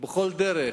בכל דרך,